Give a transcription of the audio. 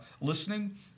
listening